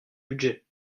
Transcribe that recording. budget